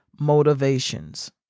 motivations